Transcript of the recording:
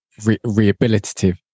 rehabilitative